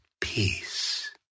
Peace